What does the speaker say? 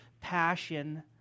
passion